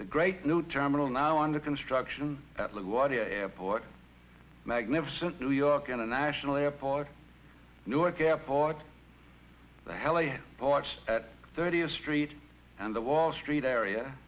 the great new terminal now under construction at la guardia airport magnificent new york international airport newark airport the hell i bought at thirty a street and the wall street area